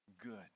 good